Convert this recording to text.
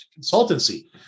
consultancy